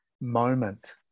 moment